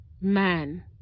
man